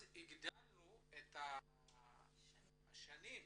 הגדלנו את השנים.